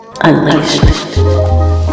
unleashed